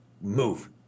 move